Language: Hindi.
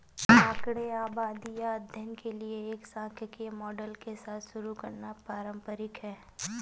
आंकड़े आबादी या अध्ययन के लिए एक सांख्यिकी मॉडल के साथ शुरू करना पारंपरिक है